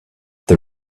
the